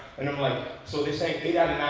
i'm like, so they say eight